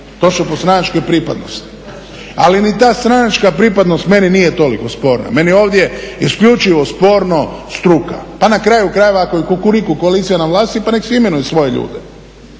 točno po stranačkoj pripadnosti. Ali ni ta stranačka pripadnost meni nije toliko sporna, meni je ovdje isključivo sporno struka. Pa na kraju krajeva ako je Kukuriku koalicija na vlasti pa nek si imenuje svoje ljude,